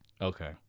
okay